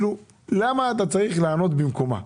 למה אתה צריך לענות במקומה?